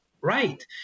right